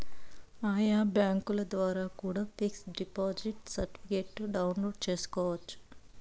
ఆయా బ్యాంకుల ద్వారా కూడా పిక్స్ డిపాజిట్ సర్టిఫికెట్ను డౌన్లోడ్ చేసుకోవచ్చు